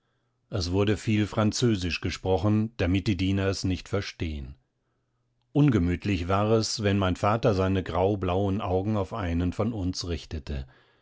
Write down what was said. es wurde viel französisch gesprochen damit die diener es nicht verstanden ungemütlich war es wenn mein vater seine graublauen augen auf einen von uns richtete